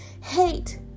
hate